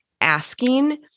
asking